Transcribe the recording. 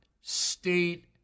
state